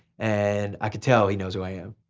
and i can tell he knows who i am.